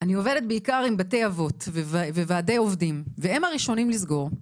אני עובדת בעיקר עם בתי אבות וועדי עובדים והם הראשונים לסגור.